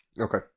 Okay